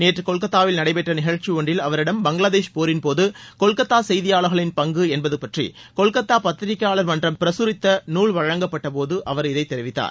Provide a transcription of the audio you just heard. நேற்று கொல்கத்தாவில் நடைபெற்ற நிகழ்ச்சி ஒன்றில் அவரிடம் பங்களாதேஷ் போரின்போது கொல்கத்தா செய்தியாளர்களின் பங்கு என்பது பற்றி கொல்கத்தா பத்திரிகையாளர் மன்றம் பிரகரித்த நூல் வழங்கப்பட்டபோது அவர் இதைத் தெரிவித்தார்